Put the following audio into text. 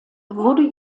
wurde